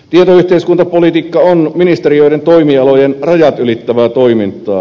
tietoyhteiskuntapolitiikka on ministeriöiden toimialojen rajat ylittävää toimintaa